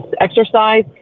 exercise